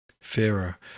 fairer